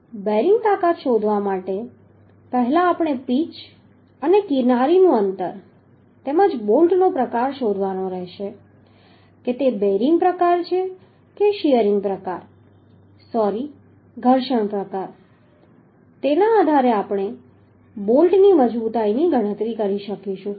તેથી બેરિંગ તાકાત શોધવા માટે આપણે પહેલા પીચ અને કિનારીનું અંતર તેમજ બોલ્ટનો પ્રકાર શોધવાનો રહેશે કે તે બેરિંગ પ્રકાર છે કે શીયરિંગ પ્રકાર સોરી ઘર્ષણ પ્રકાર તેના આધારે આપણે બોલ્ટની મજબૂતાઈની ગણતરી કરી શકીશું